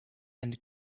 and